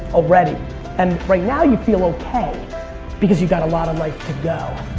already and right now you feel okay because you got a lot of life to go.